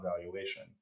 valuation